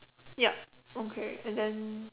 yup okay and then